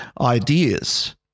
ideas